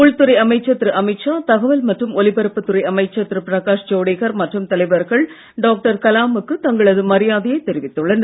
உள்துறை அமைச்சர் திரு அமித் ஷா தகவல் மற்றும் ஒலிபரப்புத் துறை அமைச்சர் திரு பிரகாஷ் ஜவடேகர் மற்றும் தலைவர்கள் டாக்டர் கலாமுக்கு தங்களது மரியாதையை தெரிவித்துள்ளனர்